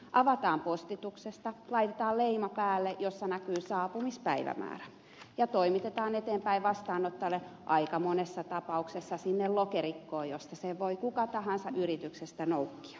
avataan postituksessa laitetaan leima päälle jossa näkyy saapumispäivämäärä ja toimitetaan eteenpäin vastaanottajalle aika monessa tapauksessa sinne lokerikkoon josta sen voi kuka tahansa yrityksestä noukkia